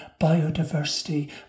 biodiversity